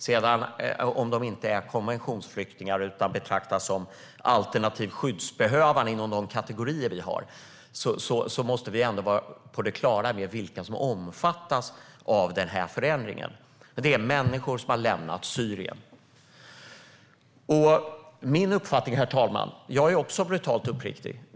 Om de sedan inte är konventionsflyktingar utan betraktas som alternativt skyddsbehövande inom de kategorier som finns måste vi ändå vara på det klara med vilka som omfattas av förändringen. Det är människor som har lämnat Syrien. Herr talman! Jag är också brutalt uppriktig.